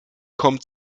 kommt